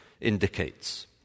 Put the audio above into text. indicates